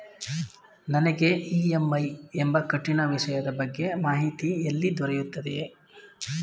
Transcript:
ನನಗೆ ಇ.ಎಂ.ಐ ಎಂಬ ಕಠಿಣ ವಿಷಯದ ಬಗ್ಗೆ ಮಾಹಿತಿ ಎಲ್ಲಿ ದೊರೆಯುತ್ತದೆಯೇ?